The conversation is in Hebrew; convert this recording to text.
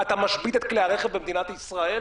אתה משבית את כלי הרכב במדינת ישראל?